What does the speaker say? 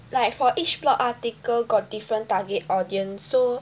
like for each blog article got different target audience so